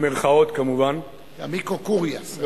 במירכאות כמובן, אמיקוס קוריה.